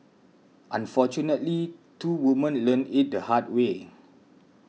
unfortunately two women learnt it the hard way